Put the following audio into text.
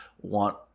want